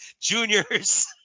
Junior's